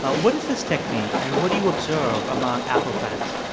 ah what is this technique and what do you observe among apple fans?